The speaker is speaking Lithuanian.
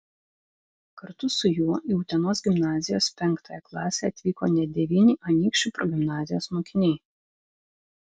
kartu su juo į utenos gimnazijos penktąją klasę atvyko net devyni anykščių progimnazijos mokiniai